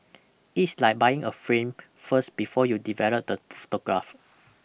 it's like buying a frame first before you develop the photograph